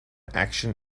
action